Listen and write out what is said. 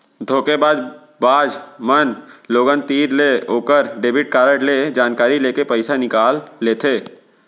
धोखेबाज बाज मन लोगन तीर ले ओकर डेबिट कारड ले जानकारी लेके पइसा निकाल लेथें